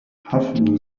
حفل